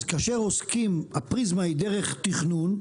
אז כאשר הפריזמה היא דרך תכנון,